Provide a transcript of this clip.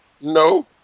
No